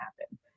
happen